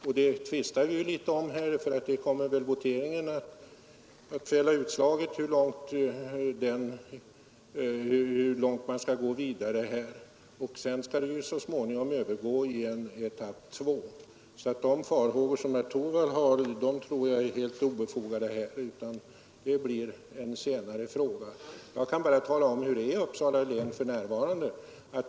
Om den saken är meningarna delade, och voteringen i detta ärende kommer väl att fälla utslaget i frågan om hur långt man skall gå vidare. Sedan skall försöksverksamheten så småningom övergå i etapp 2. De farhågor som herr Torwald har tror jag är helt obefogade. Jag kan tala om vad som händer i Uppsala län för närvarande.